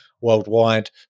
worldwide